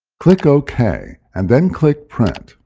click ok, and then click print.